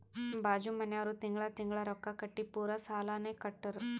ಬಾಜು ಮನ್ಯಾವ್ರು ತಿಂಗಳಾ ತಿಂಗಳಾ ರೊಕ್ಕಾ ಕಟ್ಟಿ ಪೂರಾ ಸಾಲಾನೇ ಕಟ್ಟುರ್